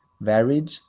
varied